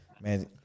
man